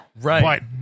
Right